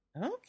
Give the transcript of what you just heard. okay